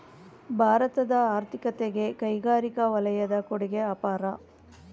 ಭಾರತದ ಆರ್ಥಿಕತೆಗೆ ಕೈಗಾರಿಕಾ ವಲಯದ ಕೊಡುಗೆ ಅಪಾರ